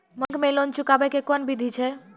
Bank माई loan चुकाबे के कोन बिधि छै?